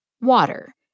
Water